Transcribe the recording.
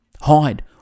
hide